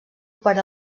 per